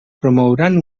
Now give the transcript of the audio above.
promouran